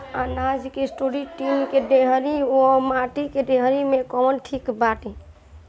अनाज के store tin के डेहरी व माटी के डेहरी मे कवन ठीक बा?